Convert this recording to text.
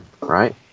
right